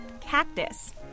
Cactus